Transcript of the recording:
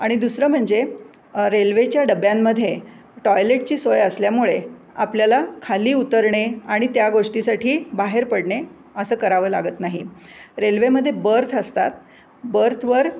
आणि दुसरं म्हणजे रेल्वेच्या डब्यांमध्ये टॉयलेटची सोय असल्यामुळे आपल्याला खाली उतरणे आणि त्या गोष्टीसाठी बाहेर पडणे असं करावं लागत नाही रेल्वेमधे बर्थ असतात बर्थवर